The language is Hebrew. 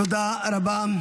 תודה רבה.